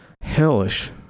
hellish